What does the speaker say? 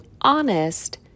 honest